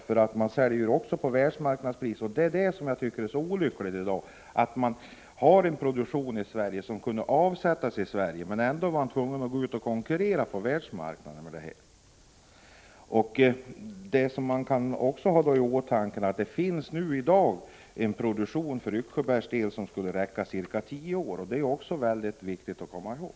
Företaget säljer också till världsmarknadspris, och det tycker jag är olyckligt: Man har en produktion här som kunde avsättas i Sverige, men ändå är man tvungen att gå ut och konkurrera på världsmarknaden. Man kan också ha i åtanke att det i dag för Yxsjöbergs del finns en produktion som skulle räcka cirka tio år. Det är också viktigt att komma ihåg.